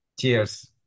Cheers